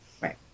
Right